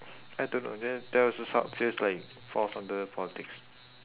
I don't know the~ there also sub~ feels like falls under politics